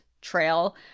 trail –